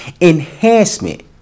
enhancement